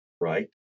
right